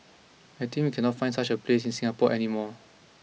I think we cannot find such a place in Singapore any more